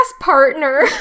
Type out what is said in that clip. partner